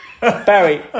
Barry